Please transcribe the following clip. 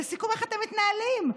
לסיכום: איך אתם מתנהלים?